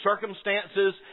circumstances